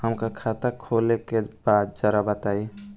हमका खाता खोले के बा जरा बताई?